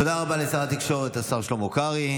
תודה רבה לשר התקשורת, השר שלמה קרעי.